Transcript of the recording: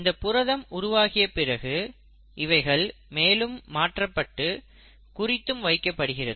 இந்தப் புரதம் உருவாகிய பிறகு இவை மேலும் மாற்றப்பட்டு குறித்தும் வைக்கப்படுகிறது